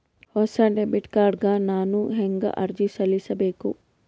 ಹೊಸ debit card ಗ ನಾನು ಹೆಂಗ ಅರ್ಜಿ ಸಲ್ಲಿಸಬೇಕು?